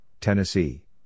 Tennessee